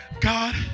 God